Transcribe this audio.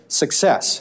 success